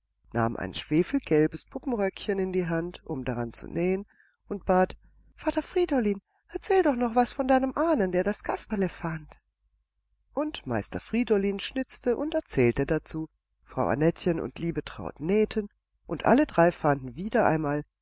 nahm ein schwefelgelbes puppenröckchen in die hand um daran zu nähen und bat vater friedolin erzähl noch was von deinem ahnen der das kasperle fand und meister friedolin schnitzte und erzählte dazu frau annettchen und liebetraut nähten und alle drei fanden wieder einmal